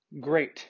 great